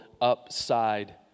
upside